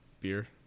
Beer